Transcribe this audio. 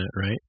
right